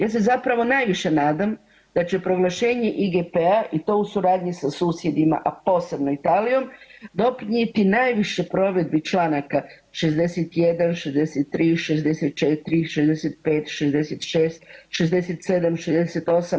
Ja se zapravo najviše nadam da će proglašenje IGP-a i to u suradnji sa susjedima, a posebno Italijom doprinijeti najviše provedbi čl. 61., 63., 64., 65., 66., 67., 68.